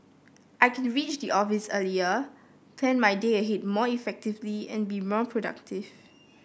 I can reach the office earlier plan my day ahead more effectively and be more productive